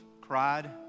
cried